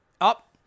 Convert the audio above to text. up